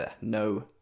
no